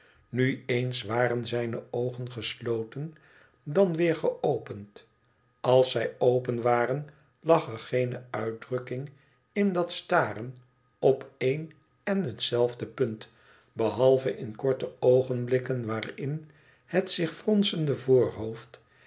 nu eens waren zijne oogen gesloten dan weer geopend als zij open waren lag er geene uitdrukking in dat staren op een en hetzelfde punt behalve in korte oogenblikken waarin het zich fronsende voorhoofd